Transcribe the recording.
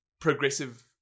progressive